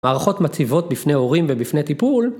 מערכות מציבות בפני הורים ובפני טיפול.